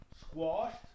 squashed